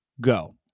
go